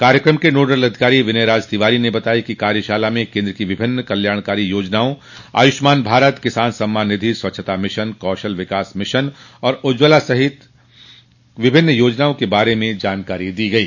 कार्यक्रम के नोडल अधिकारी विनय राज तिवारी ने बताया कि इस कार्यशाला में केन्द्र की विभिन्न कल्याणकारी योजनाओं आयुष्मान भारत किसान सम्मान निधि स्वच्छता मिशन कौशल विकास मिशन और उज्ज्वला योजना सहित विभिन्न योजनाओं के बारे में जानाकारी दी गई